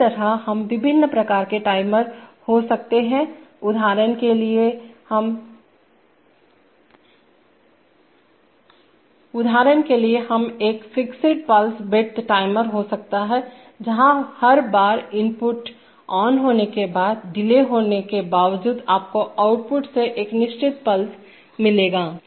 इसी तरह हम विभिन्न प्रकार टाइमर हो सकते हैं उदाहरण के लिए हम एक फिक्स्ड पल्स विड्थ टाइमर हो सकता हैं जहां हर बार इनपुट ऑन होने के बाद डिले होने के बावजूद आपको आउटपुट से एक निश्चित पल्स मिलेगा